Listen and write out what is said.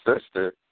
sister